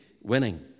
winning